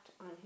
on